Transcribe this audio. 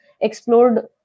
explored